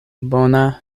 bona